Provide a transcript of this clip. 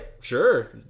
sure